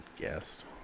guest